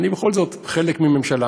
אני בכל זאת חלק מממשלה,